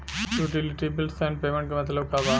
Utility bills and payments क मतलब का बा?